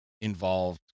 involved